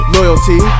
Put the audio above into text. Loyalty